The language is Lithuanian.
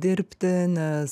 dirbti nes